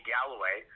Galloway